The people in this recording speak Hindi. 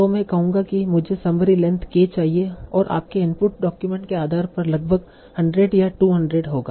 तो मैं कहूंगा कि मुझे समरी लेंथ k चाहिए और आपके इनपुट डॉक्यूमेंट के आधार पर लगभग 100 या 200 होगा